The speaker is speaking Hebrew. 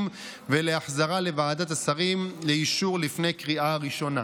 ולהחזרה לוועדת השרים לאישור לפני קריאה ראשונה.